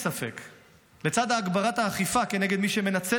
בצד הגברת האכיפה כנגד מי שמנצל את